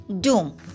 doom